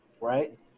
right